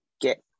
get